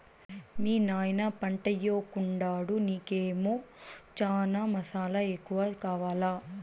మీ నాయన పంటయ్యెకుండాడు నీకేమో చనా మసాలా ఎక్కువ కావాలా